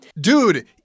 Dude